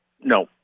No